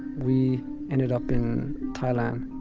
we ended up in thailand